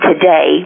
today